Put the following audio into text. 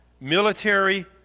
military